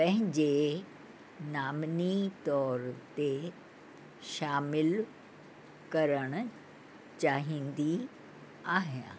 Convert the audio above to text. पंहिंजे नामिनी तौर ते शामिलु करणु चाहींदी आहियां